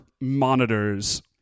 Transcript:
monitors